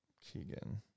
Keegan